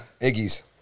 Iggy's